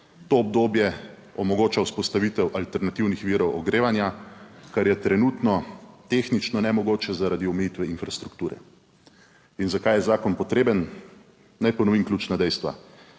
To obdobje omogoča vzpostavitev alternativnih virov ogrevanja, kar je trenutno tehnično nemogoče zaradi omejitve infrastrukture. In zakaj je zakon potreben? Naj ponovim ključna dejstva: